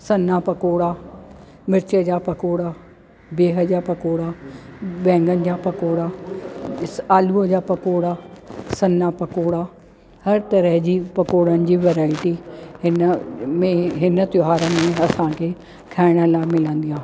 सन्ना पकौड़ा मिर्च जा पकौड़ा बिहु जा पकौड़ा बैंगन जा पकौड़ा स आलूअ जा पकौड़ा सन्ना पकौड़ा हर तरह जी पकौड़नि जी वैरायटी हिन में हिन तोहार में असांखे खाइण लाइ मिलंदी आहे